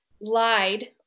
lied